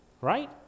right